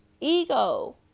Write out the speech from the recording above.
Ego